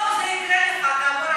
בסוף זה יקרה לך.